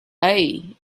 aye